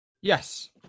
Yes